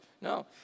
No